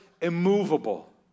immovable